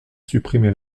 supprimé